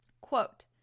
Quote